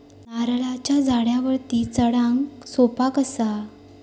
नारळाच्या झाडावरती चडाक सोप्या कसा?